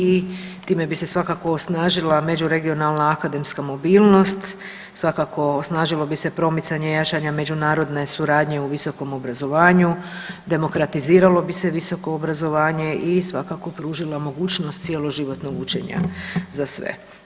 I time bi se svakako osnažila međuregionalna akademska mobilnost, svakako osnažilo bi se promicanje jačanja međunarodne suradnje u visokom obrazovanju, demokratiziralo bi se visoko obrazovanje i svakako pružila mogućnost cjeloživotnog učenja za sve.